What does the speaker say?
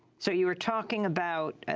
so you were talking about